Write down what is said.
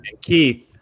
Keith